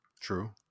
True